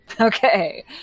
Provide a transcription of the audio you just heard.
Okay